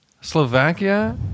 Slovakia